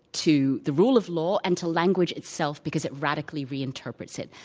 to the rule of law, and to language itself because it radically reinterprets it.